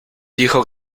dijo